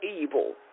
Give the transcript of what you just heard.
evil